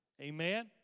Amen